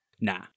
nah